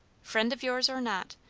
friend of yours, or not,